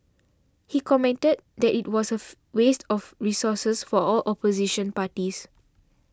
he commented that it was a waste of resources for all opposition parties